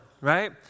right